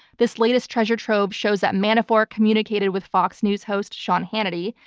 this latest treasure trove shows that manafort communicated with fox news host, sean hannity,